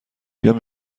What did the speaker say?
بیام